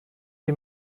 die